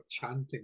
chanting